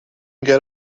get